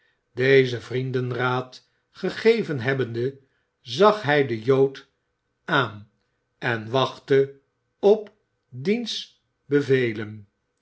dezen vriendenraad gegeven hebbende zag hij den jood aan en wachtte op diens bevelen